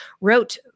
wrote